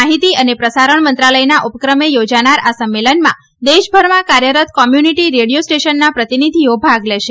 માહિતી અને પ્રસારણ મંત્રલાયના ઉપક્રમે યોજાનાર આ સંમેલનમાં દેશભરમાં કાર્યરત કોમ્યુનીટી રેડિયો સ્ટેશનના પ્રતિનિધીઓ ભાગ લેશે